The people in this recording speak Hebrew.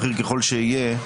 בכיר ככל שיהיה,